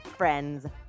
friends